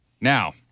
Now